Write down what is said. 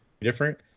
different